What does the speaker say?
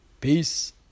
peace